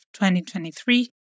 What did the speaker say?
2023